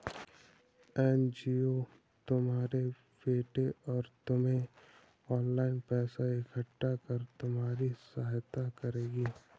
NGO तुम्हारे बेटे और तुम्हें ऑनलाइन पैसा इकट्ठा कर तुम्हारी सहायता करेगी